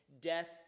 death